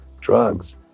Drugs